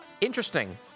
Interesting